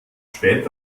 spät